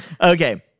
Okay